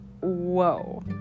Whoa